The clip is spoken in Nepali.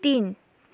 तिन